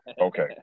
Okay